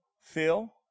Phil